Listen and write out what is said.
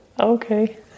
Okay